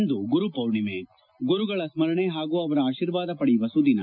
ಇಂದು ಗುರು ಪೂರ್ಣಿಮೆ ಗುರುಗಳ ಸ್ಗರಣೆ ಹಾಗೂ ಅವರ ಆಶೀರ್ವಾದ ಪಡೆಯುವ ಸುದಿನ